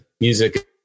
music